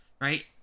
right